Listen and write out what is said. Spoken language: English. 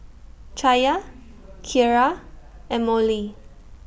Chaya Kiara and Mollie